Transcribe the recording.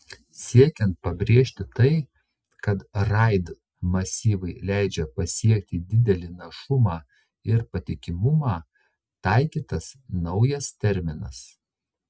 siekiant pabrėžti tai kad raid masyvai leidžia pasiekti didelį našumą ir patikimumą taikytas naujas terminas